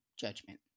judgment